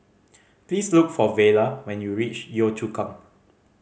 please look for Vela when you reach Yio Chu Kang